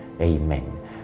Amen